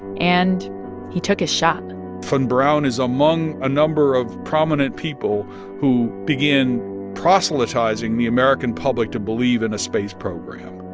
and he took a shot von braun is among a number of prominent people who begin proselytizing the american public to believe in a space program.